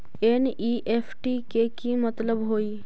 NEFT के कि मतलब होइ?